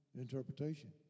interpretation